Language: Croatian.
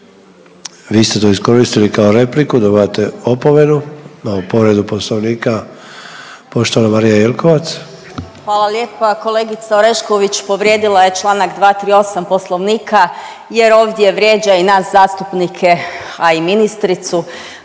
Vi ste to iskoristili kao repliku, dobivate opomenu. Imamo povredu Poslovnika, poštovana Marija Jelkovac. **Jelkovac, Marija (HDZ)** Hvala lijepa. Kolegica Orešković povrijedila je čl. 238 Poslovnika jer ovdje vrijeđa i nas zastupnike, a i ministricu.